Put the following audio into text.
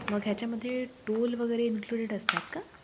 मग ह्याच्यामधे टोल वगैरे इन्क्लुडेड असतात का